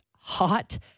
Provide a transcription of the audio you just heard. hot